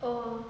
oh